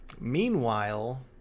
Meanwhile